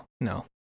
No